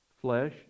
Flesh